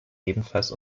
ebenfalls